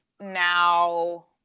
Now